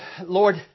Lord